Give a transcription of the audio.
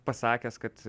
pasakęs kad